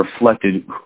reflected